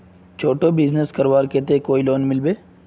छोटो बिजनेस करवार केते कोई लोन मिलबे?